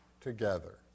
together